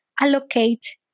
allocate